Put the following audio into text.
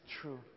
True